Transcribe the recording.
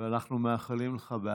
ואנחנו מאחלים לך הצלחה.